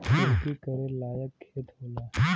किरसी करे लायक खेत होला